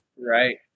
Right